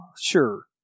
Sure